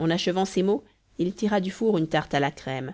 en achevant ces mots il tira du four une tarte à la crème